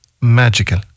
magical